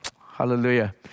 Hallelujah